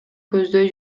көздөй